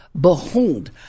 Behold